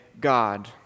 God